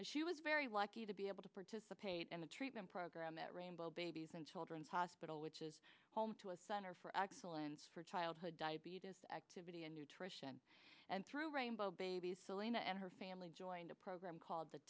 and she was very lucky to be able to participate in the treatment program at rainbow babies and children's hospital which is home to a center for excellence for childhood diabetes activity and nutrition and through rainbow babies selena and her family joined a program called the